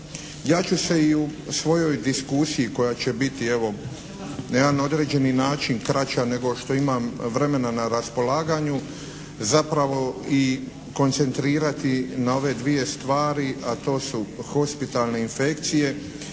Ja ću se i u svojoj diskusiji koja će biti evo na jedan određeni način kraća nego što imam vremena na raspolaganju zapravo i koncentrirati na ove dvije stvari, a to su hospitalne infekcije